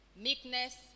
meekness